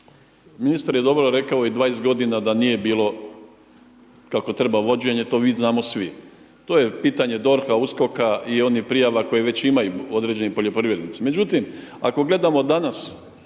Ministar je dobro rekao u ovih 20 godina da nije bilo kako treba vođenje to mi znamo svi, to je pitanje DORH-a, USKOK-a i onih prijava koje već imaju određeni poljoprivrednici.